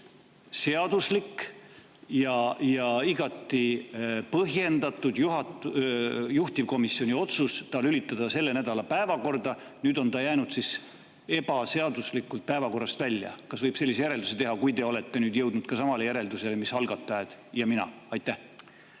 seaduslik ja oli igati põhjendatud juhtivkomisjoni otsus lülitada see selle nädala päevakorda? Nüüd on ta jäänud ebaseaduslikult päevakorrast välja. Kas võib sellise järelduse teha, kui te olete jõudnud samale järeldusele, mis algatajad ja mina? Aitäh,